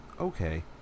okay